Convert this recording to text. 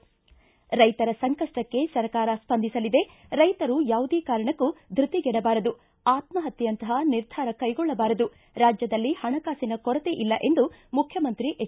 ರೈತರ ಸಂಕಷ್ಟಕ್ಕೆ ಸರ್ಕಾರ ಸ್ವಂದಿಸಲಿದೆ ರೈತರು ಯಾವುದೇ ಕಾರಣಕ್ಕೂ ಧ್ಯತಿಗೆಡಬಾರದು ಆತ್ಮಹತ್ಯೆಯಂತಹ ನಿರ್ಧಾರ ಕೈಗೊಳ್ಳಬಾರದು ರಾಜ್ಯದಲ್ಲಿ ಹಣಕಾಸಿನ ಕೊರತೆ ಇಲ್ಲ ಎಂದು ಮುಖ್ಯಮಂತ್ರಿ ಎಚ್